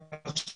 הפעם?